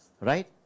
right